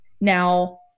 Now